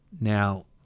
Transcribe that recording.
Now